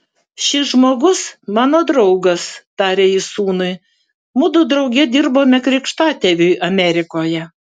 šis žmogus mano draugas tarė jis sūnui mudu drauge dirbome krikštatėviui amerikoje